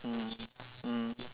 mm mm